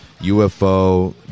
UFO